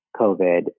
COVID